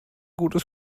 gutes